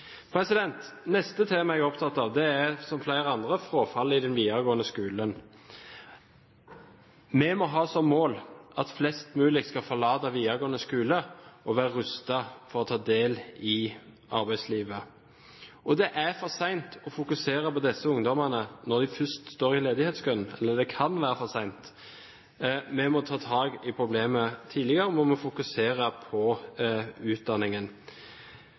neste temaet jeg, som flere andre, er opptatt av, er frafallet i den videregående skolen. Vi må ha som mål at flest mulig skal forlate videregående skole og være rustet til å ta del i arbeidslivet. Det kan være for sent å fokusere på disse ungdommene når de først står i ledighetskøen. Vi må ta tak i problemet tidligere, og vi må fokusere på utdanningen.